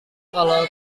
kalau